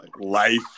Life